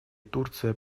турция